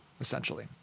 Essentially